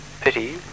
Pity